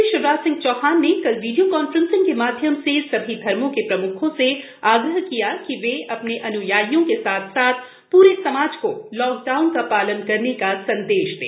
मुख्यमंत्री शिवराज सिंह चौहान ने कल वीडियो कान्फ्रेसिंग के माध्यम से सभी धर्मों के प्रम्खों से आग्रह किया है कि वे अपने अन्यायियों के साथ साथ प्रे समाज को लाक डाउन का पालन करने का सन्देश दें